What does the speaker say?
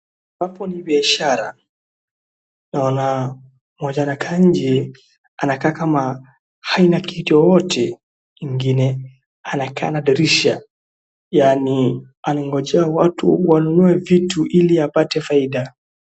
Hapo ni biashara. Naona mmoja anakaa nje, anakaa kama haina kitu yoyote. Ingine anakaa na dirisha yaani anangojea watu wanunue vitu ili apate faida.